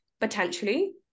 potentially